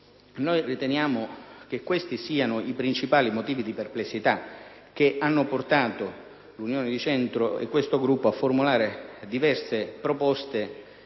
riteniamo che questi siano i principali motivi di perplessità che hanno portato l'Unione di Centro e questo Gruppo a formulare diverse proposte